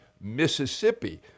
Mississippi